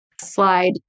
slide